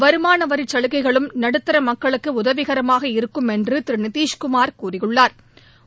வருமான வரிச் சலுகைகளும் நடுத்தர மக்களுக்கு உதவிகரமாக இருக்கும் என்று திரு நிதிஷ்குமா் கூறியுள்ளா்